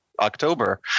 October